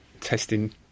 testing